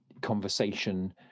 conversation